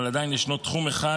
אבל עדיין ישנו תחום אחד